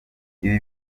ibi